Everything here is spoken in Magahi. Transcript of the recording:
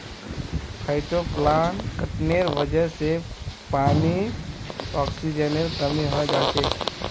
फाइटोप्लांकटनेर वजह से पानीत ऑक्सीजनेर कमी हैं जाछेक